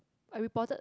I reported